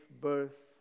birth